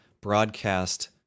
broadcast